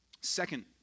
Second